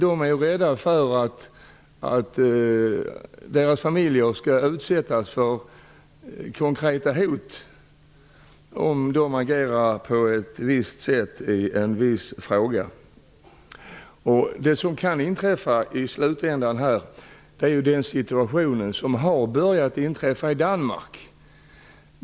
De är rädda för att deras familjer skall utsättas för konkreta hot om de agerar på ett speciellt sätt i en viss fråga. I slutändan kan vi få samma situation som man har fått i Danmark.